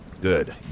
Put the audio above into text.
Good